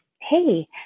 hey